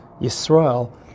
Yisrael